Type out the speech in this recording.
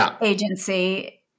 agency